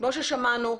כמו ששמענו,